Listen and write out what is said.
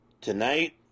Tonight